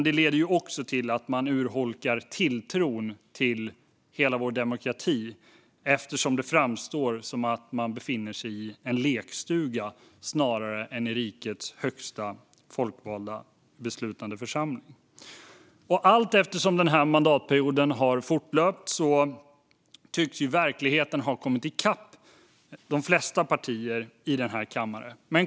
Det leder också till att man urholkar tilltron till hela vår demokrati, eftersom det framstår som om man befinner sig i en lekstuga snarare än i rikets högsta folkvalda beslutande församling. Allteftersom mandatperioden har fortlöpt tycks verkligheten ha kommit ikapp de flesta partier här i kammaren.